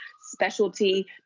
specialty